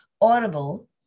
Audible